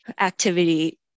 activity